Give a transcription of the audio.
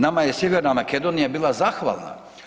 Nama je Sjeverna Makedonija bila zahvalna.